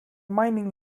mining